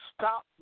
stop